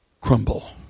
crumble